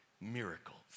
miracles